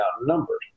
outnumbered